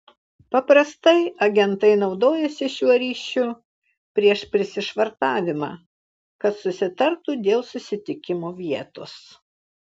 paprastai agentai naudojasi šiuo ryšiu prieš prisišvartavimą kad susitartų dėl susitikimo vietos